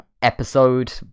episode